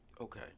okay